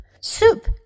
soup